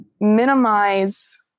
minimize